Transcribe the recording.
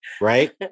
right